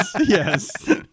Yes